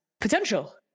potential